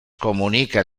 comunica